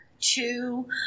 two